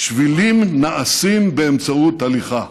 שבילים נעשים באמצעות הליכה.